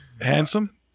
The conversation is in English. handsome